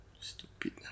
Stupid